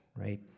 right